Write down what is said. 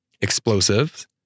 Explosives